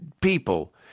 people